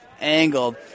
angled